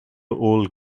old